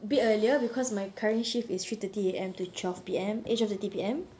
bit earlier because my current shift is three thirty A_M to twelve P_M eh twelve thirty P_M